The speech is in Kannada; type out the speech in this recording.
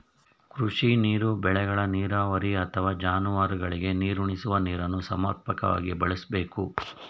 ಕೃಷಿ ನೀರು ಬೆಳೆಗಳ ನೀರಾವರಿ ಅಥವಾ ಜಾನುವಾರುಗಳಿಗೆ ನೀರುಣಿಸುವ ನೀರನ್ನು ಸಮರ್ಪಕವಾಗಿ ಬಳಸ್ಬೇಕು